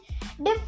different